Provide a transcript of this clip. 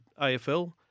AFL